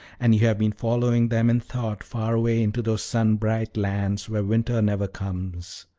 and you have been following them in thought far away into those sun-bright lands where winter never comes.